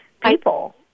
people